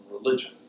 religion